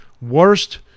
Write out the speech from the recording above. worst